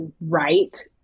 right